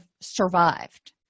survived